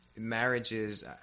marriages